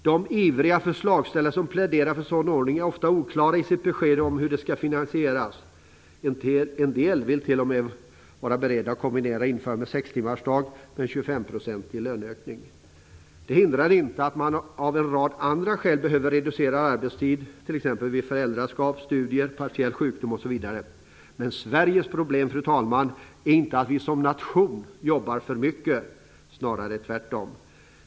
De ivriga förslagsställare som pläderar för en sådan ordning är ofta oklara i sitt besked om hur det skall finansieras. En del är t.o.m. beredda att kombinera införandet av en 6-timmarsdag med en 25-procentig löneökning. Det hindrar inte att man av en rad andra skäl behöver reducerad arbetstid, t.ex. vid föräldraskap, studier, partiell sjukdom osv. Men Sveriges problem, fru talman, är inte att vi som nation jobbar för mycket, snarare tvärtom.